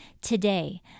Today